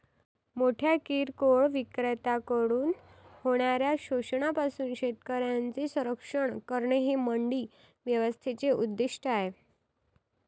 मोठ्या किरकोळ विक्रेत्यांकडून होणाऱ्या शोषणापासून शेतकऱ्यांचे संरक्षण करणे हे मंडी व्यवस्थेचे उद्दिष्ट आहे